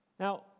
Now